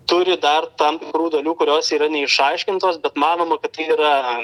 turi dar tam tikrų dalių kurios yra neišaiškintos bet manoma kad tai yra